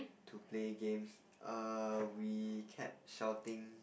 to play games err we kept shouting